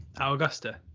Augusta